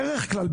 בדרך כלל,